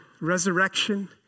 Resurrection